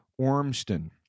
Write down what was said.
Ormston